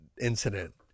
incident